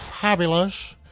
fabulous